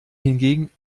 hingegen